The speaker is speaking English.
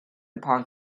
upon